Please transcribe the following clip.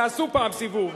תעשו פעם סיבוב,